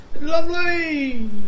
Lovely